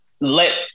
let